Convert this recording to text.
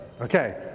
Okay